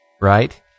right